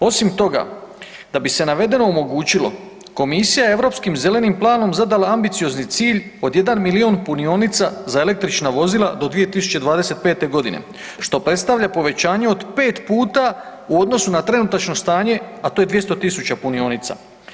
Osim toga, da bi se navedeno omogućilo komisija je europskim zelenim planom zadala ambiciozni cilj od jedan milijun punionica za električna vozila do 2025. godine što predstavlja povećanje od 5 puta u odnosu na trenutačno stanje, a to je 200 000 punionica.